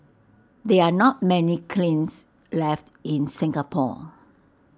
there are not many kilns left in Singapore